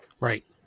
Right